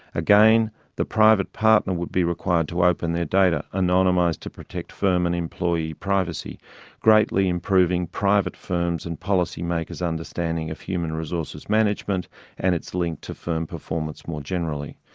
again the private partner would be required to open their data anonymised to protect firm and employee privacy greatly improving private firms' and policy makers' understanding of human resources management and its link to firm performance more generally.